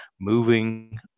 moving